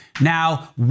Now